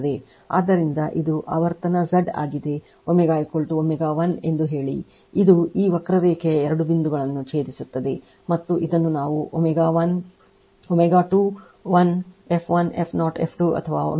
ಆದ್ದರಿಂದ ಇದು ಆವರ್ತನ Z ಡ್ ಆಗಿದೆ ω ω 1 ಎಂದು ಹೇಳಿ ಇದು ಈ ವಕ್ರರೇಖೆಯ ಎರಡು ಬಿಂದುಗಳನ್ನು ಛೇದಿಸುತ್ತದೆ ಮತ್ತು ಇದನ್ನು ನಾವು ω21 f 1 f 0 f 2 ಅಥವಾ ω 1 ω0 ω2 ಎಂದು ಕರೆಯುತ್ತೇವೆ